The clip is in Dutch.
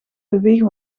bewegen